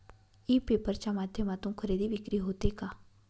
E paper च्या माध्यमातून खरेदी विक्री होते का?